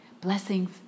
Blessings